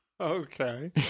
Okay